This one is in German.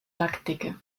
lackdicke